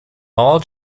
all